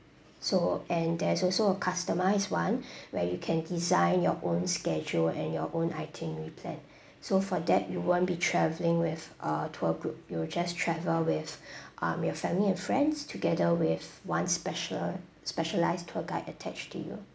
so and there's also a customised one where you can design your own schedule and your own itinerary plan so for that you won't be travelling with a tour group you will just travel with um your family and friends together with one special specialised tour guide attached to you